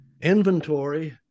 Inventory